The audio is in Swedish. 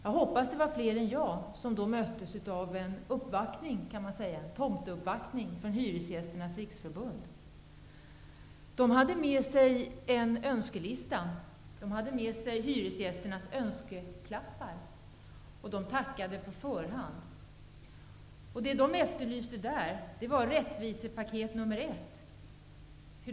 Jag hoppas att det var fler än jag, och att de då möttes av en tomteuppvaktning från Hyresgästernas Riksförbund. Deltagarna i uppvaktningen hade med sig en önskelista med hyresgästernas önskeklappar, och de tackade på förhand. De efterlyste rättvisepaket nr 1.